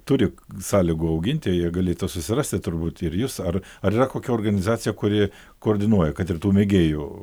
turi sąlygų auginti jie galėtų susirasti turbūt ir jus ar ar yra kokia organizacija kuri koordinuoja kad ir tų mėgėjų